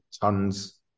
tons